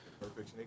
Perfect